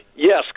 Yes